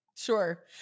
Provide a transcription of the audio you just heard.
Sure